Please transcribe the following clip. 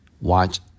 Watch